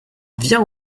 viens